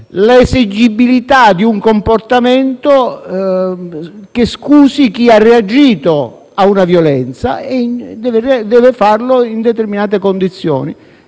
l'esigibilità di un comportamento che scusi chi ha reagito a una violenza e deve farlo a determinate condizioni,